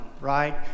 right